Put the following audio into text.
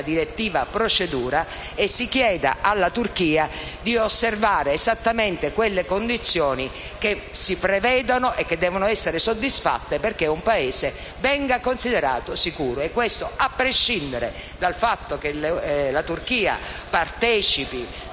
Direttiva Procedure, e si chieda alla Turchia di osservare esattamente quelle condizioni che si prevedono e che devono essere soddisfatte perché un Paese venga considerato sicuro. Questo a prescindere dal fatto che la Turchia partecipi